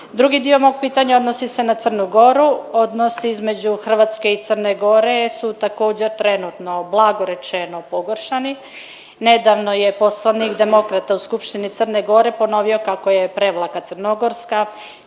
Drugi dio mog pitanja odnosi se na Crnu Goru. Odnos između Hrvatske i Crne Gore su također trenutno blago rečeno pogoršani. Nedavno je poslanik demokrata u Skupštini Crne Gore ponovio kako je Prevlaka Crnogorska,